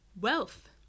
wealth